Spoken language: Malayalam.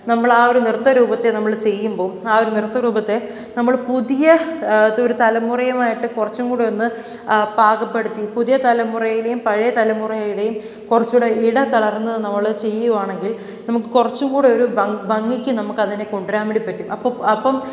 നമ്മളാ ഒരു നൃത്തരൂപത്തെ നമ്മൾ ചെയ്യുമ്പോൾ ആ ഒരു നൃത്ത രൂപത്തെ നമ്മൾ പുതിയ അതൊരു തലമുറയുമായിട്ട് കുറച്ചുംകൂടിയൊന്ന് പാകപ്പെടുത്തി പുതിയ തലമുറയുടെയും പഴയ തലമുറയുടെയും കുറച്ചും കൂടി ഇടകലർന്നു നമ്മൾ ചെയ്യുകയാണെങ്കിൽ നമുക്ക് കുറച്ചും കൂടിയൊരു ഭ ഭംഗിക്ക് നമുക്കതിനെ കൊണ്ടു വരാൻ വേണ്ടി പറ്റും അപ്പം അപ്പം